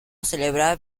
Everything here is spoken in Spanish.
celebrar